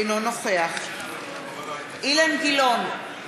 אינו נוכח אילן גילאון,